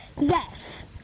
yes